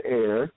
air